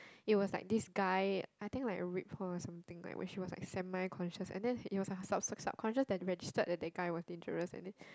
it was like this guy I think like raped her or something like when she was like semi conscious and then it was her sub~ subconscious that registered that that guy was dangerous and then